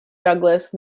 douglas